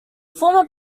former